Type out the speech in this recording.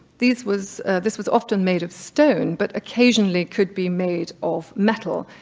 this was this was often made of stone, but occasionally could be made of metal,